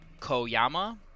Koyama